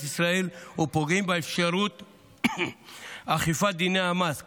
ישראל ופוגעים באפשרות אכיפת דיני המס.